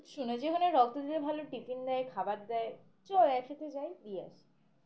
শুনেছি যে ওখানে রক্ত দিতে ভালো টিফিন দেয় খাবার দেয় চল একসাথে যাই দিয়ে আসি